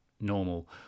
normal